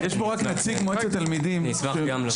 יש פה רק נציג מועצת תלמידים שנרשם.